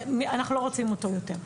אנחנו לא רוצים אותו יותר.